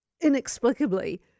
inexplicably